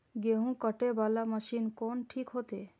गेहूं कटे वाला मशीन कोन ठीक होते?